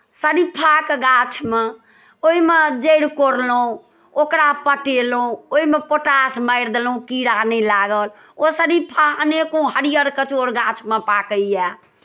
सरीफाके गाछमे ओहिमे जड़ि कौड़लहुँ ओकरा पटेलहुँ ओहिमे पोटाश मारि देलहुँ कीड़ा नहि लागल ओ सरीफा अनेको हरियर कचोर गाछमे पाकैए